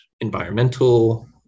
environmental